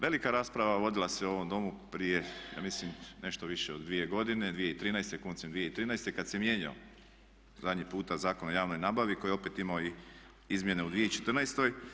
Velika rasprava vodila se u ovom Domu prije ja mislim nešto više od 2 godine, 2013. koncem 2013. kad se mijenjao zadnji puta Zakon o javnoj nabavi koji je opet imao i izmjene u 2014.